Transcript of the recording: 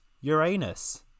Uranus